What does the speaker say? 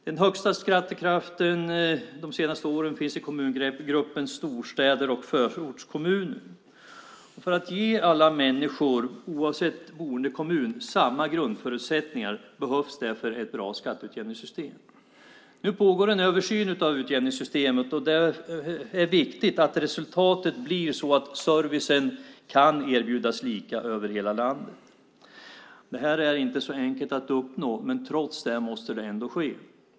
Den högsta skattekraften de senaste åren finns i kommungruppen storstäder och förortskommuner. För att ge alla människor, oavsett boendekommun, samma grundförutsättningar behövs därför ett bra skatteutjämningssystem. Nu pågår en översyn av utjämningssystemet. Det är viktigt att resultatet blir sådant att servicen kan erbjudas lika över hela landet. Det här är inte så enkelt att uppnå, men trots det måste det ändå ske.